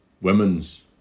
women's